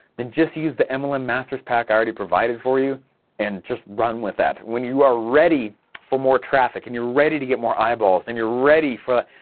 then just use the mlm masters pack i already provided for you and just run with that. when you are ready for more traffic and you are ready to get more eyeballs and you are ready for,